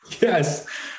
Yes